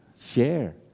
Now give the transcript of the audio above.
share